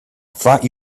thought